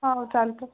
हां हो चालते